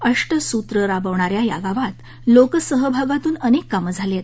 अष्ट सुत्र राबवणाऱ्या या गावात लोकसहभागातून अनेक कामं झाली आहेत